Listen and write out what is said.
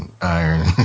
iron